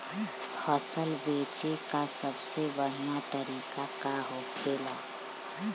फसल बेचे का सबसे बढ़ियां तरीका का होखेला?